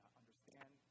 understand